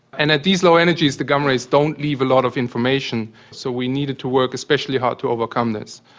and at these low energies the gamma rays don't leave a lot of information, so we needed to work especially hard to overcome this.